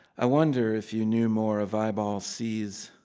i wonder if you knew more of eyeball seas,